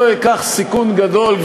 לא אקח סיכון גדול,